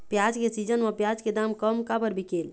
प्याज के सीजन म प्याज के दाम कम काबर बिकेल?